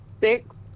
six